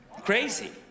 Crazy